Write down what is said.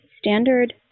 standard